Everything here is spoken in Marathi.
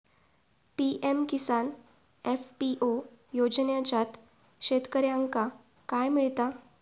पी.एम किसान एफ.पी.ओ योजनाच्यात शेतकऱ्यांका काय मिळता?